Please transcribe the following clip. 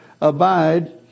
abide